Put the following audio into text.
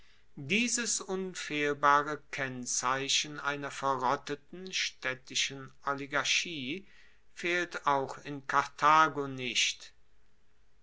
dieses unfehlbare kennzeichen einer verrotteten staedtischen oligarchie fehlt auch in karthago nicht